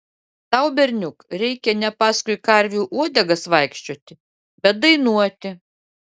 tau berniuk reikia ne paskui karvių uodegas vaikščioti bet dainuoti